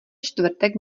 čtvrtek